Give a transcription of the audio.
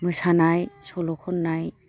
मोसानाय सल' खननाय